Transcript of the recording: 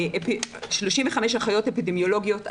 35 אחיות אפידמיולוגיות,